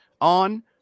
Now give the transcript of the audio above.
on